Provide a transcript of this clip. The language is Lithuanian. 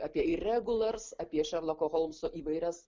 apie iregulers apie šerloko holmso įvairias